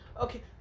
Okay